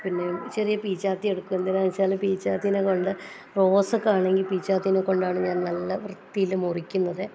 പിന്നെ ചെറിയ പിച്ചാത്തി എടുക്കും എന്തിനാണ് വെച്ചാൽ പിച്ചാത്തിനേം കൊണ്ട് റോസ് ഒക്കെ ആണെങ്കിൽ പിച്ചാത്തിനെ കൊണ്ടാണ് ഞാൻ നല്ല വൃത്തിയിൽ മുറിക്കുന്നത്